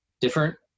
different